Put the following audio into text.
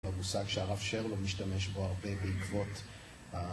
במושג שהרב שרלו משתמש בו הרבה בעקבות ה...